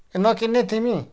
ए नकिन्ने तिमी